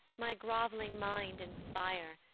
my grov'ling mind inspire,